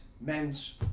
men's